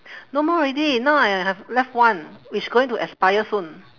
no more already now I have left one which going to expire soon